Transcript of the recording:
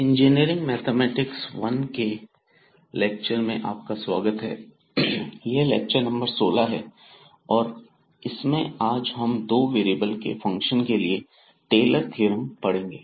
engineering mathematics 1 के lecture में आपका स्वागत है यह लेक्चर नंबर 16 है और इसमें आज हम दो वेरिएबल के फंक्शन के लिए टेलर थ्योरम पढ़ेंगे